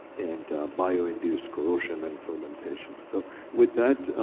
and bio-induced corrosion and fermentation. so with that,